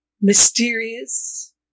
mysterious